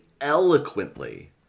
eloquently